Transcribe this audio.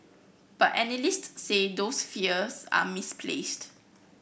but analyst say those fears are misplaced